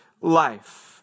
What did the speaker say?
life